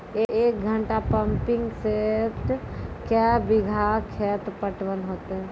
एक घंटा pumping set क्या बीघा खेत पटवन है तो?